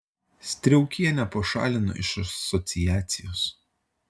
striaukienę pašalino iš asociacijos